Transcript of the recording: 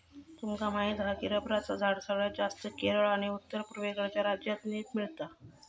तुमका माहीत हा की रबरचा झाड सगळ्यात जास्तं केरळ आणि उत्तर पुर्वेकडच्या राज्यांतल्यानी मिळता